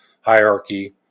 hierarchy